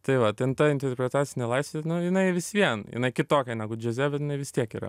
tai va ten ta interpretacinė laisvė nu jinai vis vien jinai kitokia negu džiaze bet jinai vis tiek yra